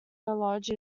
lodge